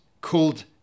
called